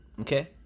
okay